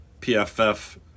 PFF